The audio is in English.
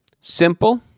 Simple